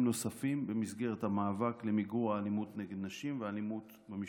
נוספים במסגרת המאבק למיגור האלימות נגד נשים והאלימות במשפחה.